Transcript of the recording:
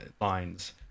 lines